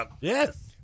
yes